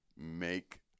make